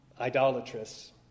idolatrous